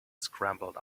scrambled